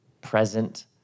present